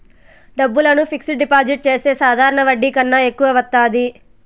డబ్బులను fixed deposit చేస్తే సాధారణ వడ్డీ కన్నా ఎక్కువ వత్తాది